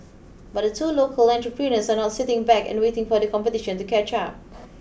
but the two local entrepreneurs are not sitting back and waiting for the competition to catch up